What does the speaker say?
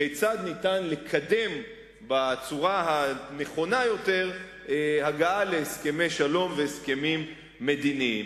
כיצד ניתן לקדם בצורה הנכונה הגעה להסכמי שלום והסכמים מדיניים.